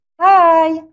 Hi